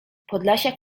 podlasiak